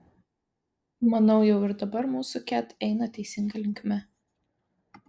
manau jau ir dabar mūsų ket eina teisinga linkme